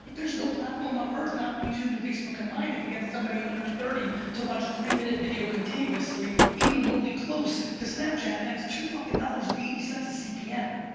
there's no platform on earth not youtube and facebook combined they can get somebody under thirty to watch a three-minute video continuously even remotely close to snapchat and it's two fuckin' dollars and eighty cents of cpm.